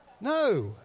no